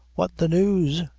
what the news,